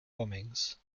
bombings